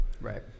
Right